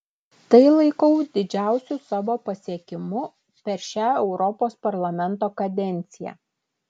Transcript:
tai laikau didžiausiu savo pasiekimu per šią europos parlamento kadenciją